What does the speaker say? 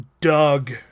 Doug